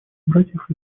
братьев